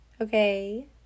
Okay